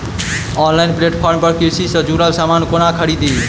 Online platform पर कृषि सँ जुड़ल समान कोना खरीदी?